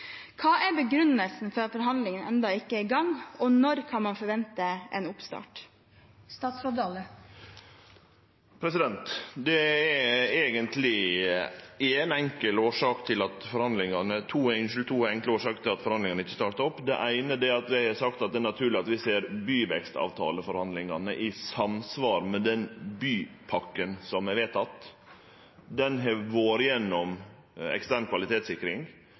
er begrunnelsen for at forhandlingene enda ikke er igang, og når kan man forvente en oppstart?» Det er eigentleg to enkle årsaker til at forhandlingane ikkje har starta opp. Den eine forklaringa er at det er naturleg å sjå byvekstavtaleforhandlingane i samanheng med bypakken som er vedteken. Han har vore gjennom ekstern kvalitetssikring